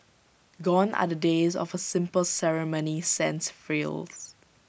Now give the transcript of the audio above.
gone are the days of A simple ceremony sans frills